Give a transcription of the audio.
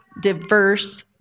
diverse